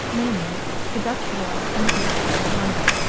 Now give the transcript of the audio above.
namely the dutch war and the great fire of london.